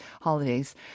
holidays